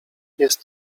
jest